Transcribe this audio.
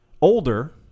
Older